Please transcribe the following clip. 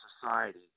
society